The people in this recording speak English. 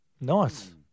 Nice